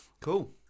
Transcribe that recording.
cool